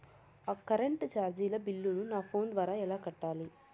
Current చార్జీల బిల్లును, నా ఫోను ద్వారా ఎలా కట్టాలి?